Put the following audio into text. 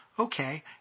Okay